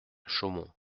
chaumont